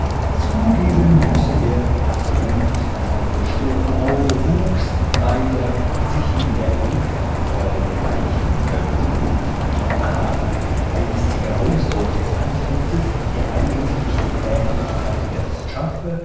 zugeben müsse er daß mund nase stirn auge wuchs beider sich in der äußern form gleichen könnten aber der geistige ausdruck des antlitzes der eigentlich die ähnlichkeit erst schaffe